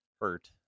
hurt